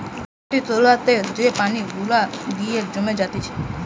মাটির তোলাতে যে পানি গুলা গিয়ে জমে জাতিছে